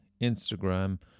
Instagram